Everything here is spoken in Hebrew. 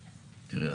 תראי,